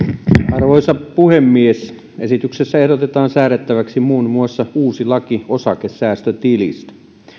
arvoisa puhemies esityksessä ehdotetaan säädettäväksi muun muassa uusi laki osakesäästötilistä